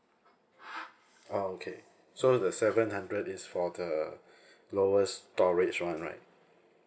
ah okay so the seven hundred is for the lowest storage [one] right